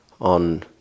on